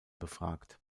befragt